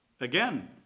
again